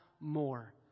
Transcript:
more